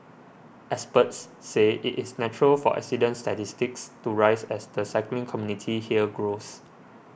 experts say it is natural for accident statistics to rise as the cycling community here grows